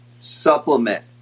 supplement